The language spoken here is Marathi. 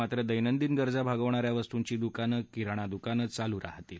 मात्र दैनंदिन गरजा भागवणा या वस्तूंची दुकानं किराणा दुकानं चालू राहतील